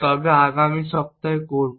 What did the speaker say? তবে আগামী সপ্তাহে করব